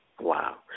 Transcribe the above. Wow